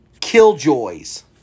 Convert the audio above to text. killjoys